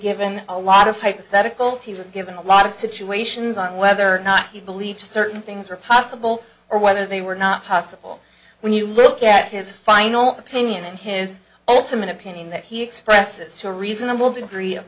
given a lot of hypotheticals he was given a lot of situations on whether or not he believes certain things are possible or whether they were not possible when you look at his final opinion and his ultimate opinion that he expresses to a reasonable degree of